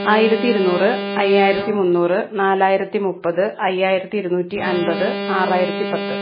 ആയിരത്തി ഇരുന്നൂറ് അയ്യായിരത്തി മുന്നൂറ് നാലായിരത്തി മുപ്പത് അയ്യായിരത്തി ഇരുന്നൂറ്റി അൻപത് ആറായിരത്തി പത്ത്